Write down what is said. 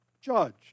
judged